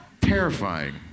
terrifying